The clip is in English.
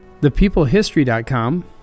ThePeopleHistory.com